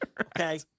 Okay